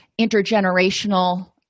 intergenerational